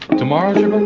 tomorrow's your